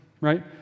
Right